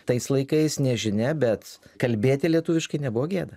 tais laikais nežinia bet kalbėti lietuviškai nebuvo gėda